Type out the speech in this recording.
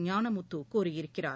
ஞானமுத்து கூறியிருக்கிறார்